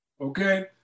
Okay